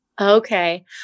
Okay